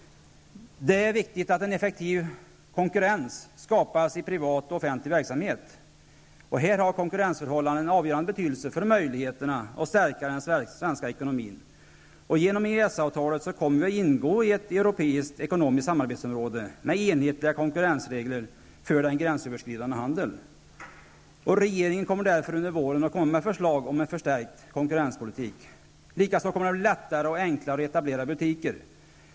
Det är viktigt att en effektiv konkurrens skapas i privat och offentlig verksamhet. Här har konkurrensförhållandena en avgörande betydelse för möjligheterna att stärka den svenska ekonomin. Genom EES-avtalet kommer vi att ingå i ett europeiskt ekonomiskt samarbetsområde med enhetliga konkurrensregler för den gränsöverskridande handeln. Regeringen kommer därför under våren med förslag om en förstärkt konkurrenspolitik. Likaså kommer det att bli lättare och enklare att etablera butiker.